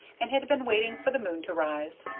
and had been waiting for the moon to rise.